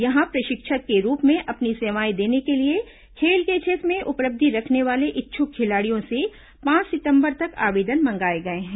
यहां प्रशिक्षक के रूप में अपनी सेवाएं देने के लिए खेल के क्षेत्र में उपलब्धि रखने वाले इच्छ्क खिलाड़ियों से पांच सितंबर तक आवेदन मंगाए गए हैं